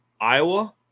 Iowa